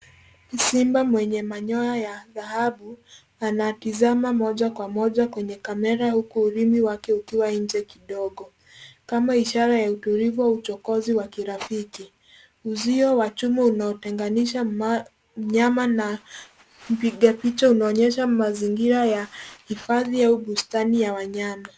Ni simba mwenye manyoya ya dhahabu anatazama moja kwa moja kwenye kamera huku ulimi wake ukiwa nje kidogo. Kama ishara ya utulivu au uchokozi wa kirafiki, uzio wa chuma unaotenganisha mnyama na mpiga picha. Unaonyesha mazingira ya hifadhi au bustani ya wanyama.